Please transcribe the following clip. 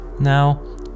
Now